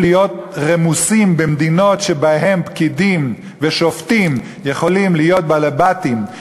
להיות רמוסים במדינות שבהן פקידים ושופטים יכולים להיות "בלבתים",